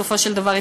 בסופו של דבר,